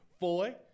Foy